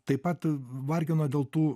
taip pat vargino dėl tų